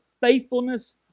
faithfulness